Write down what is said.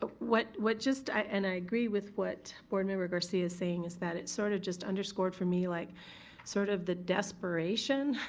ah what what just, and i agree with what board member garcia is saying is that it sort of just underscored for me like sort of the desperation.